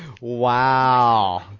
Wow